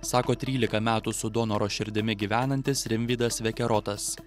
sako trylika metų su donoro širdimi gyvenantis rimvydas vekerotas